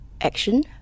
action